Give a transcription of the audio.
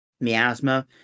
Miasma